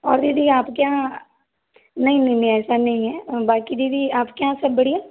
और दीदी आप के यहाँ नहीं नहीं नहीं ऐसा नहीं है बाकि दीदी आप के यहाँ सब बढ़िया